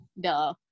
Duh